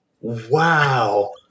Wow